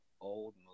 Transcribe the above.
old